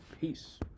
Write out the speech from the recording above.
peace